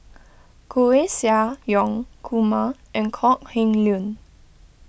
Koeh Sia Yong Kumar and Kok Heng Leun